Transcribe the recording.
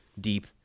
deep